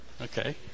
Okay